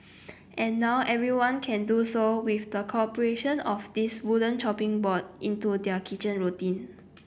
and now everyone can do so with the corporation of this wooden chopping board into their kitchen routine